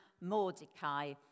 Mordecai